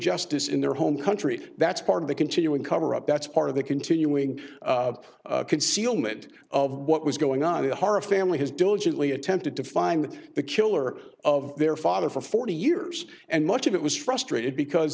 justice in their home country that's part of the continuing cover up that's part of the continuing concealment of what was going on in the hora family has diligently attempted to find the killer of their father for forty years and much of it was frustrated because